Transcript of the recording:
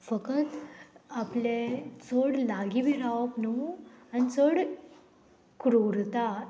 फकत आपले चड लागीं बी रावप न्हू आनी चड कुरूर्ता